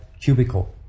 cubicle